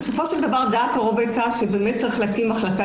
בסופו של דבר דעת הרוב הייתה שצריך להקים מחלקה